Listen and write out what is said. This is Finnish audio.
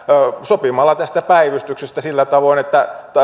sopimalla tästä päivystyksestä sillä tavoin että